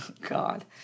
God